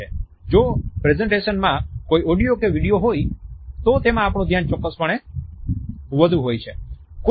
જો પ્રેઝન્ટેશન મા કોઈ ઓડિયો કે વિડિયો હોય તો તેમાં આપણું ધ્યાન ચોક્કસપણે વધુ હોય છે